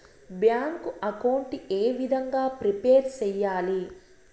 Bank account ఏ విధంగా prepare సెయ్యాలి?